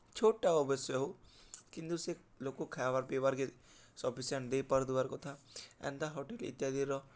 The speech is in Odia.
ଛୋଟ୍ଟା ଅବଶ୍ୟ ହେଉ କିନ୍ତୁ ସେ ଲୋକ୍କୁ ଖାଏବାର୍ ପିଇବାଋକେ ସଫିସିଏଣ୍ଟ୍ ଦେଇପାରୁଥିବାର୍ କାଥା ଏନ୍ତା ହୋଟେଲ୍ ଇତ୍ୟାଦିର